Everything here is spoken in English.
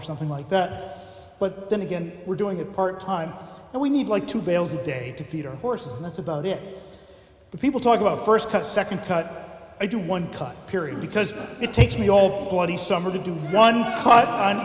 or something like that but then again we're doing it part time and we need like two bales a day to feed our horses and that's about it but people talk about first cut second cut i do one time period because it takes me all bloody summer to do one